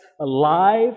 alive